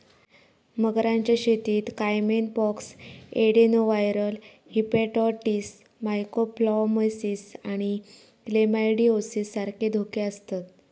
मगरांच्या शेतीत caiman pox, adenoviral hepatitis, mycoplasmosis आणि क्लेमायडिओसिस सारखे धोके आसतत